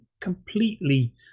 completely